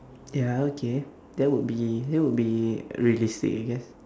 ya okay that would be that would be realistic I guess